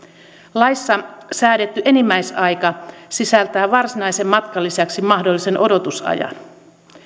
laissa säädetty enimmäisaika sisältää varsinaisen matkan lisäksi mahdollisen odotusajan